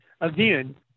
Again